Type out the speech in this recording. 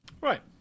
Right